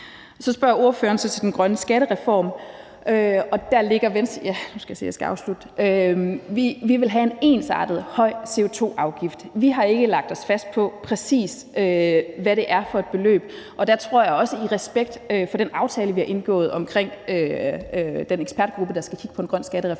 Så spørger spørgeren til den grønne skattereform. Og i Venstre vil vi have en ensartet høj CO2-afgift. Vi har ikke lagt os fast på, præcis hvad det er for et beløb. Og der tror jeg også – i respekt for den aftale, vi har indgået omkring den ekspertgruppe, der skal kigge på en grøn skattereform